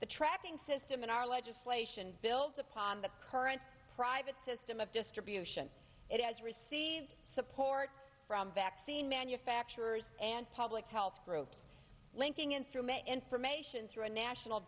the tracking system in our legislation builds upon the current private system of distribution it has received support from vaccine manufacturers and public health groups linking instrument information through a national